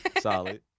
Solid